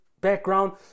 background